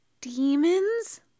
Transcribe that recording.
demons